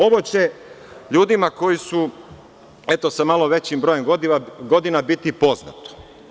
Ovo će ljudima koji su, sa malo većim brojem godina, biti poznato.